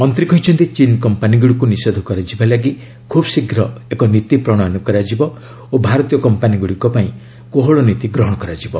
ମନ୍ତ୍ରୀ କହିଛନ୍ତି ଚୀନ୍ କମ୍ପାନୀଗୁଡ଼ିକୁ ନିଷେଧ କରାଯିବା ଲାଗି ଖୁବ୍ଶୀଘ୍ର ଏକ ନୀତି ପ୍ରଣୟନ କରାଯିବ ଓ ଭାରତୀୟ କମ୍ପାନୀଗୁଡ଼ିକ ପାଇଁ କୋହଳ ନୀତି ଗ୍ରହଣ କରାଯିବ